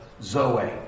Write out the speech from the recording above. Zoe